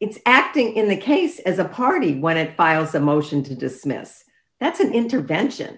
it's acting in the case as a party when it files a motion to dismiss that's an intervention